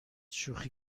شوخی